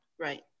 Right